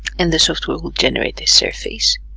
and the software will generate the surface